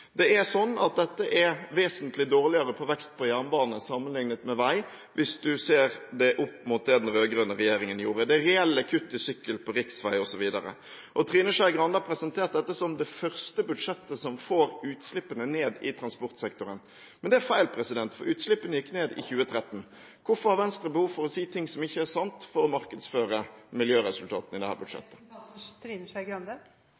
Det er sånn at budsjettet er vesentlig dårligere på vekst på jernbane sammenlignet med vei, hvis man ser det opp mot det den rød-grønne regjeringen gjorde. Det er reelle kutt til sykkelvei på riksvei osv. Trine Skei Grande har presentert dette som det første budsjettet som får utslippene ned på transportsektoren. Men det er feil, for utslippene gikk ned i 2013. Hvorfor har Venstre behov for å si ting som ikke er sant for å markedsføre miljøresultatene i dette budsjettet? Jeg skal ærlig innrømme at jeg tror det